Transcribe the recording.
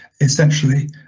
essentially